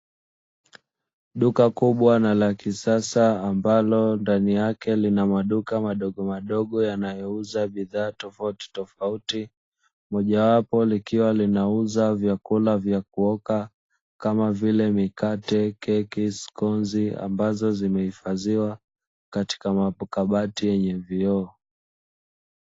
Duka kubwa na la kisasa ambalo ndani yake lina maduka madogo madogo yanayouza bidhaa tofauti tofauti, moja wapo likiwa linauza vyakula vya kuoka kama vile: mikate, keki, skonzi ambazo zimehifadhiwa katika makabati yenye vioo.